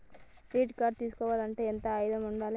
Credit card తీసుకోవాలంటే ఎంత ఆదాయం ఉండాలే?